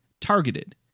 targeted